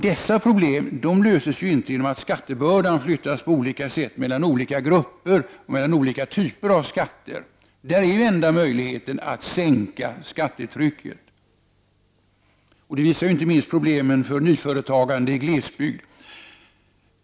Dessa problem löses ju inte genom att skattebördan flyttas på olika sätt mellan olika grupper och mellan olika typer av skatter. Enda möjligheten är att sänka skattetrycket, det visar inte minst problemen för nyföretagande i glesbygden.